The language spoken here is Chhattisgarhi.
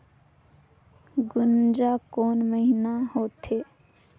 गुनजा कोन महीना होथे?